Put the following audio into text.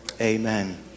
amen